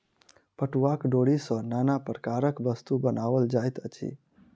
पटुआक डोरी सॅ नाना प्रकारक वस्तु बनाओल जाइत अछि